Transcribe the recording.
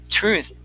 Truth